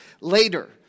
later